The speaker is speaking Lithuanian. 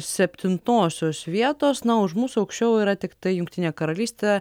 septintosios vietos na o už mūsų aukščiau yra tiktai jungtinė karalystė